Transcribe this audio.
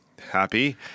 happy